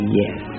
yes